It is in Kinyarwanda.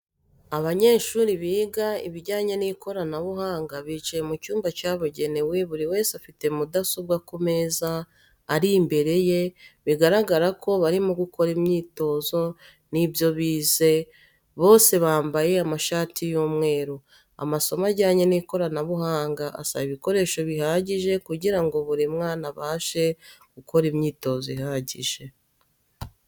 Abanyeshuri biga ibijyanye n'ikoranabuhanga bicaye mu cyumba cyabugenewe buri wese afite mudasobwa ku meza ari imbere ye bigaragara ko barimo gukora imyitozo y'ibyo bize, bose bambaye amashati y'umweru. Amasomo ajyanye n'ikoranabuhanga asaba ibikoreso bihagije kugirango buri mwana abashe gukora imyitozo ihagije.